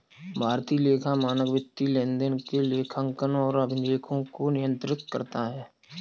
भारतीय लेखा मानक वित्तीय लेनदेन के लेखांकन और अभिलेखों को नियंत्रित करता है